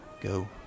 go